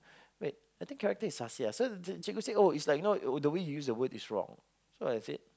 wait I think character is sahsiah so the cikgu said oh it's like you know the way you use the word is wrong so I said